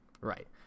right